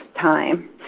time